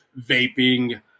vaping